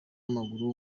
w’amaguru